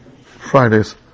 Fridays